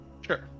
Sure